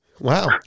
wow